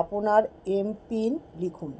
আপনার এমপিন লিখুন